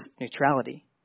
neutrality